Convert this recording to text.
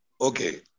Okay